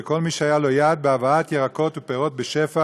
את כל מי שהיה לו יד בהבאת ירקות ופירות בשפע